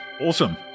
awesome